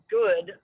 good